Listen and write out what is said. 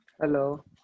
hello